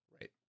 right